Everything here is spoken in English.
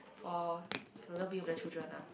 for for well being of the children ah